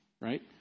right